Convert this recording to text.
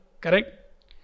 Correct